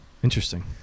Interesting